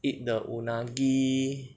eat the unagi